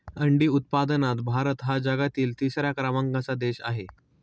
अंडी उत्पादनात भारत हा जगातील तिसऱ्या क्रमांकाचा देश आहे